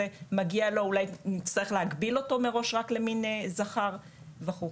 מגיע לו אולי שאנחנו נגביל אותו מראש רק לעובד ממין זכר" וכולי.